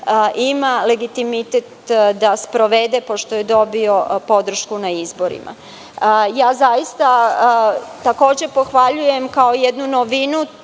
ima legitimitet da sprovede, pošto je dobio podršku na izborima. Zaista takođe pohvaljujem jednu novinu